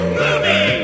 movie